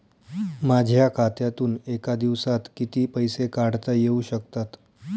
माझ्या खात्यातून एका दिवसात किती पैसे काढता येऊ शकतात?